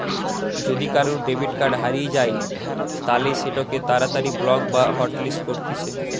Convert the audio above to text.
যদি কারুর debit card হারিয়ে যায় তালে সেটোকে তাড়াতাড়ি ব্লক বা হটলিস্ট করতিছে